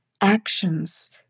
actions